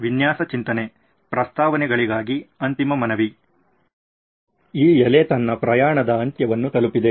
ಈ ಎಲೆ ತನ್ನ ಪ್ರಯಾಣದ ಅಂತ್ಯವನ್ನು ತಲುಪಿದೆ